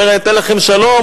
אומר: אני אתן לכם שלום,